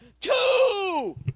two